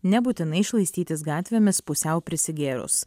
nebūtinai šlaistytis gatvėmis pusiau prisigėrus